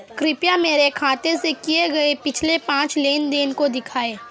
कृपया मेरे खाते से किए गये पिछले पांच लेन देन को दिखाएं